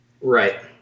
Right